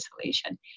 isolation